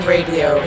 Radio